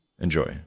Enjoy